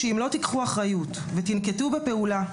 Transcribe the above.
שאם לא תיקחו אחריות ותנקטו בפעולה,